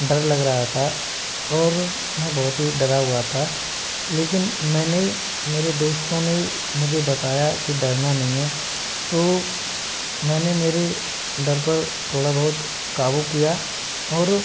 डर लग रहा था और मैं बहुत ही डरा हुआ था लेकिन मैंने मेरे दोस्तों ने मुझे बताया कि डरना नहीं है तो मैंने मेरे डर पर थोड़ा बहुत काबू किया और